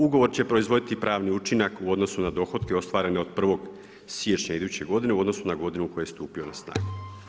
Ugovor će proizvoditi i pravni učinak u odnosu na dohotke ostvarene od 1. siječnja iduće godine u odnosu na godinu u kojoj je stupio na snagu.